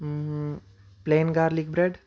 plane garlic bread